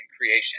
creation